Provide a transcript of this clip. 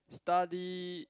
study